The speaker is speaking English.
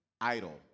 Idle